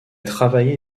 travaillé